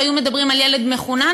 והיו מדברים על ילד מחונן,